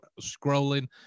scrolling